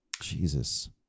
Jesus